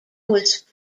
was